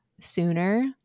sooner